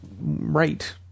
right